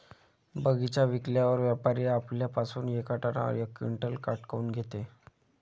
बगीचा विकल्यावर व्यापारी आपल्या पासुन येका टनावर यक क्विंटल काट काऊन घेते?